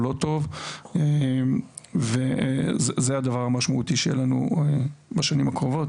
או לא טוב וזה הדבר המשמעותי שיהיה לנו בשנים הקרובות,